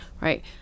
Right